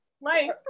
life